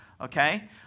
okay